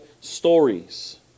stories